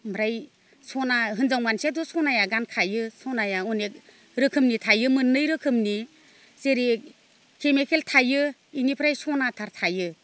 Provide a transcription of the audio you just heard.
ओमफ्राय सना हिन्जाव मानसियाथ' सनाया गानखायो सनाया अनेक रोखोमनि थायो मोननै रोखोमनि जेरै केमिकेल थायो बेनिफ्राय सनाथार थायो